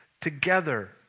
together